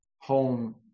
home